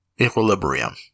equilibrium